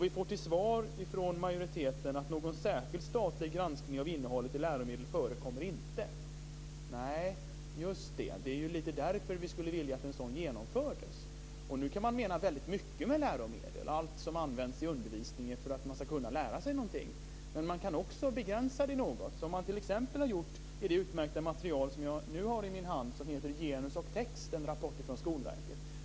Vi får till svar från majoriteten att någon särskild statlig granskning av innehållet i läromedel inte förekommer. Nej, just det - det är därför vi skulle vilja att en sådan genomfördes. Med läromedel kan man mena väldigt mycket. Man kan avse allt som används i undervisningen för att man ska kunna lära sig någonting. Men man kan också begränsa det något. Så har man t.ex. gjort i det utmärkta material som jag nu har i min hand. Det heter Genus och text: När kan man tala om jämställdhet i fysikläromedel? och är en rapport från Skolverket.